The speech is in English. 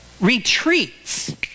retreats